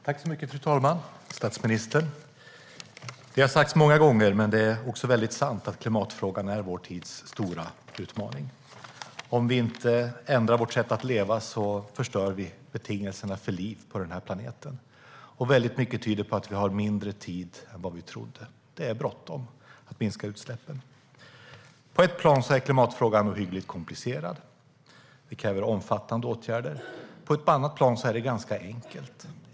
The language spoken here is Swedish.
Fru talman och statsministern! Det har sagts många gånger, men det är sant att klimatfrågan är vår tids stora utmaning. Om vi inte ändrar vårt sätt att leva förstör vi betingelserna för liv på den här planeten. Väldigt mycket tyder på att vi har mindre tid än vi trodde. Det är bråttom att minska utsläppen. På ett plan är klimatfrågan ohyggligt komplicerad och kräver omfattande åtgärder. På ett annat plan är det ganska enkelt.